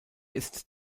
ist